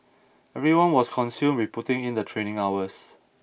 everyone was consumed with putting in the training hours